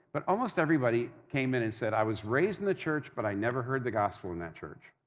but almost everybody came in and said, i was raised in the church but i never heard the gospel in that church.